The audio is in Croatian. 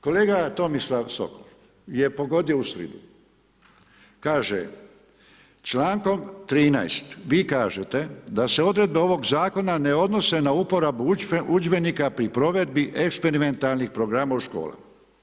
Kolega Tomislav Sokol je pogodio u sridu, kaže čl. 13. vi kažete da se odredbe ovog zakona ne odnose na uporabu udžbenika i provedbi eksperimentalnih programa u školama.